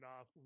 off